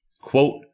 Quote